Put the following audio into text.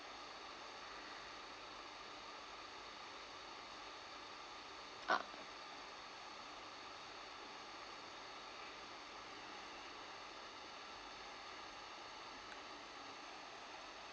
ah